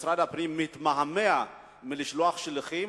משרד הפנים מתמהמה מלשלוח שליחים,